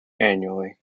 annually